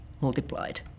multiplied